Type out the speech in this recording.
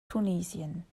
tunesien